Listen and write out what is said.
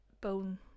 bone